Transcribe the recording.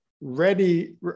ready